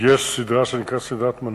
יש סדרה שנקראת סדרת מנהיגות,